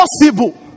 possible